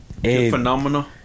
phenomenal